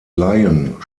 laien